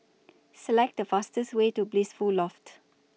Select The fastest Way to Blissful Loft